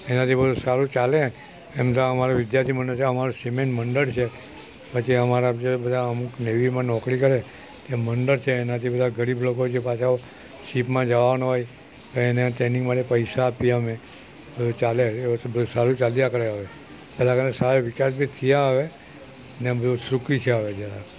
એનાથી બધુ સારું ચાલે એમ તો અમારું વિધાર્થી મંડળ છે અમારું સિમેન મંડળ છે પછી અમારા જે બધા અમુક નેવીમાં નોકરી કરે કે મંડળ છે એનાથી બધા ગરીબ લોકો છે પાછા શિપમાં જવાના હોય એને ટ્રેનિંગ માટે પૈસા આપીએ અમે હવે ચાલે એવું તો બધું સારું ચાલ્યા કરે હવે પહેલાં કરતાં સારા વિકાસ બી થયા હવે ને બધુ સુખી છીએ હવે જરા